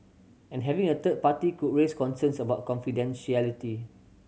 and having a third party could raise concerns about confidentiality